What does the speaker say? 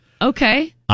Okay